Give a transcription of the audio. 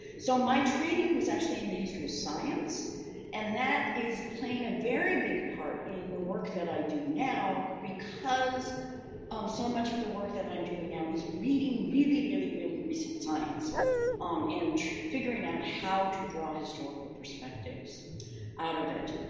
so, my training was actually in the history of science and that is playing a very big part in the work that i do now, because um so much of the work that i'm doing now is reading really, really, really recent science um and figuring out how to draw historical perspectives out of it.